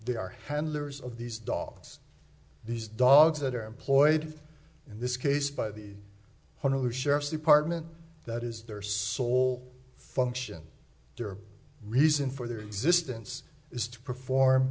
they are handlers of these dogs these dogs that are employed in this case by the one who sheriff's department that is their sole function their reason for their existence is to perform